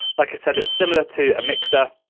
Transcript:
like i said, it's similar to a mixer.